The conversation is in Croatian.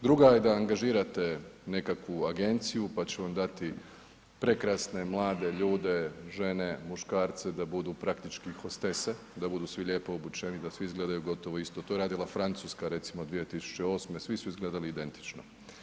Druga je da angažirate nekakvu agenciju pa će vam dati prekrasne mlade ljude, žene, muškarce, da budu praktički hostese, da budu svi lijepo obučeni, da svi izgledaju gotovo isto, to je radila Francuska recimo 2008., svi su izgledali identično.